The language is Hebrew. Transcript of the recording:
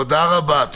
תודה רבה.